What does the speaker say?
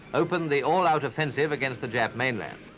opened the all-out offensive against the jap mainland,